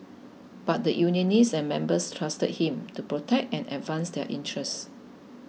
but the unionists and members trusted him to protect and advance their interests